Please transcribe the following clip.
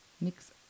nix